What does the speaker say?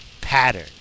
pattern